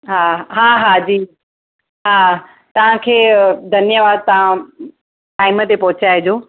हा हा जी हा हा तव्हांखे धन्यवादु तव्हां टाइम ते पहुंचाइजो